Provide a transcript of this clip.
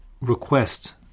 request